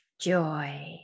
joy